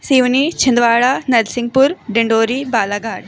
Seoni Chhindwara Narsinghpur Dindori Balaghat